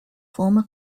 former